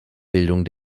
bildung